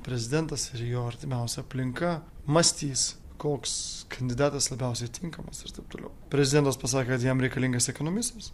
prezidentas ir jo artimiausia aplinka mąstys koks kandidatas labiausiai tinkamas ir taip toliau prezidentas pasakė kad jam reikalingas ekonomistas